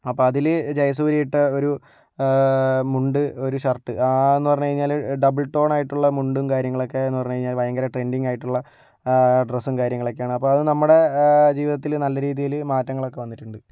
അപ്പോൾ അതിൽ ജയസൂര്യ ഇട്ട ഒരു മുണ്ട് ഒരു ഷർട്ട് അത് എന്ന് പറഞ്ഞു കഴിഞ്ഞാൽ ഡബിൾ ടോൺ ആയിട്ടുള്ള മുണ്ടും കാര്യങ്ങളൊക്കെ എന്നു പറഞ്ഞു കഴിഞ്ഞാൽ ഭയങ്കര ട്രെൻഡിങ്ങ് ആയിട്ടുള്ള ഡ്രെസ്സും കാര്യങ്ങളൊക്കെയാണ് അപ്പോൾ അത് നമ്മുടെ ജീവിതത്തിൽ നല്ല രീതിയിൽ മാറ്റങ്ങൾ ഒക്കെ വന്നിട്ടുണ്ട്